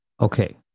Okay